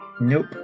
Nope